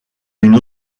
une